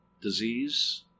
disease